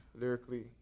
lyrically